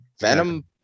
Venom